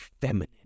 feminine